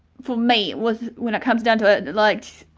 for me it was when it comes down to it like